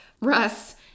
Russ